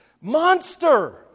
monster